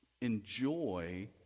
enjoy